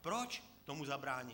Proč tomu zabránilo?